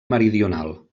meridional